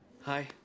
Hi